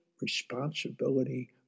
responsibility